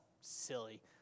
silly